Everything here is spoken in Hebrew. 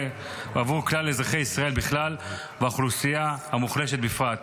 כלל אזרחי ישראל בכלל והאוכלוסייה המוחלשת בפרט.